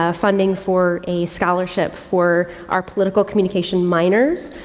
ah funding for a scholarship for our political communication minors,